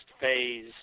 phase